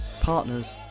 partners